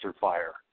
fire